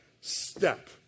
Step